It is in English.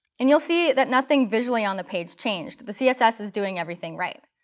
and you'll see that nothing visually on the page changed. the css is doing everything right.